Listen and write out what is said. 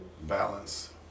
Balance